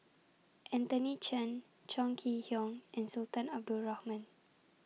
Anthony Chen Chong Kee Hiong and Sultan Abdul Rahman